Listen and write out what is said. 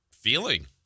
feeling